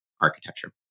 architecture